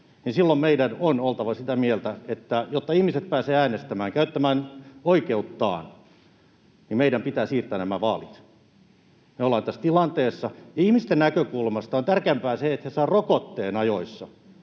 silloin meidän on oltava sitä mieltä, että jotta ihmiset pääsevät äänestämään, käyttämään oikeuttaan, niin meidän pitää siirtää nämä vaalit. Me ollaan tässä tilanteessa. Ihmisten näkökulmasta on tärkeämpää se, että saa rokotteen ajoissa